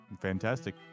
Fantastic